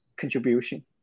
contribution